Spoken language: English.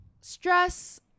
stress